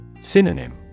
Synonym